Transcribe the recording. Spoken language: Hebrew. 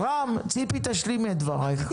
ציפי, תשלימי את דברייך.